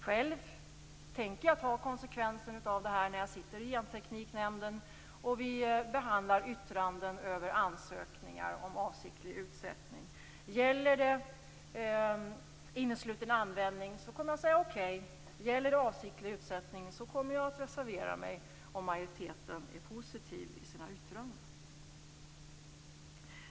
Själv tänker jag ta konsekvenserna av det här när jag sitter i Gentekniknämnden och vi behandlar yttranden över ansökningar om avsiktlig utsättning. Gäller det innesluten användning kommer jag att säga okej, men gäller det avsiktlig utsättning kommer jag att reservera mig om majoriteten är positiv i sina yttranden.